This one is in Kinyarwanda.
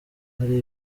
hari